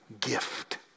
gift